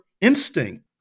instinct